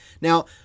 Now